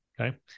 Okay